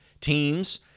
teams